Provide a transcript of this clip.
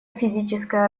физическое